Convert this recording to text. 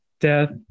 death